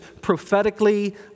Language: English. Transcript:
prophetically